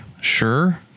sure